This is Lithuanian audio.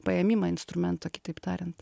paėmimą instrumento kitaip tariant